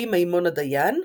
לרבי מימון הדיין,